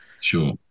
Sure